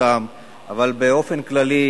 אבל באופן כללי,